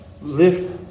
lift